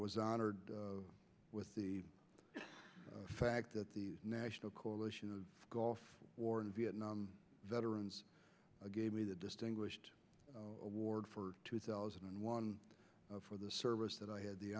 was honored with the fact that the national coalition the gulf war the vietnam veterans a gave me the distinguished award for two thousand and one for the service that i had the